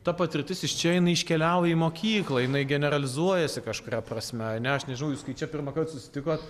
ta patirtis iš čia jinai iškeliauja į mokyklą jinai generalizuojasi kažkuria prasme aš nežinau jūs kai čia pirmą kartą susitikot